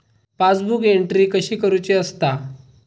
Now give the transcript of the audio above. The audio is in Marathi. पासबुक एंट्री कशी करुची असता?